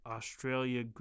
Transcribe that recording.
Australia